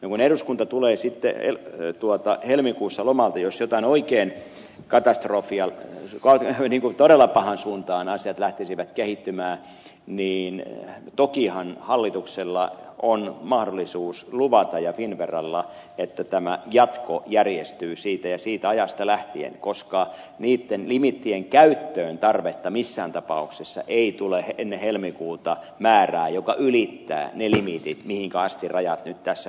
kun eduskunta tulee sitten helmikuussa lomalta jos jotain oikein katastrofia tapahtuisi jos niin kuin todella pahaan suuntaan asiat lähtisivät kehittymään niin tokihan hallituksella ja finnveralla on mahdollisuus luvata että tämä jatko järjestyy siitä ja siitä ajasta lähtien koska tarvetta niitten limiittien käyttöön missään tapauksessa ei tule ennen helmikuuta määrää joka ylittää ne limiitit mihinkä asti rajat nyt tässä nousevat